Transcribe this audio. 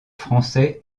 français